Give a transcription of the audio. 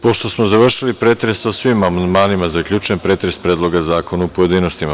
Pošto smo završili pretres o svim amandmanima, zaključujem pretres Predloga zakona u pojedinostima.